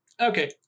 okay